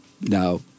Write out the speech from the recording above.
now